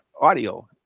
audio